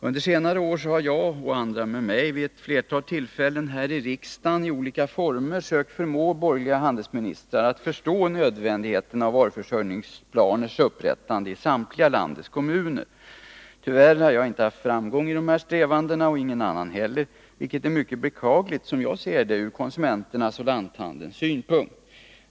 Under senare år har jag och andra med mig vid ett flertal tillfällen här i riksdagen i olika former sökt förmå borgerliga handelsministrar att förstå nödvändigheten av varuförsörjningsplaners upprättande i samtliga landets kommuner. Tyvärr har jag inte haft framgång i dessa mina strävanden, och ingen annan heller, vilket är mycket beklagligt ur konsumenternas och lanthandelns synpunkt.